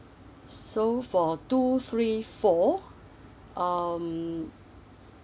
so for two three four um